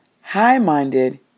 high-minded